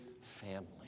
family